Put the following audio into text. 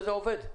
וזה עובד.